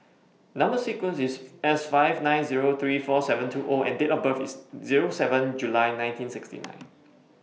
Number sequence IS S five nine Zero three four seven two O and Date of birth IS Zero seven July nineteen sixty nine